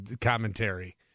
commentary